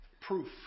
proof